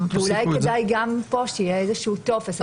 אולי כדאי גם פה שיהיה איזשהו טופס.